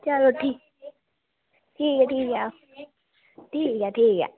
चलो ठीक ऐ ठीक ऐ ठीक ऐ ठीक ऐ ठीक ऐ